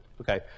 Okay